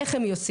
איך הם יוצאים,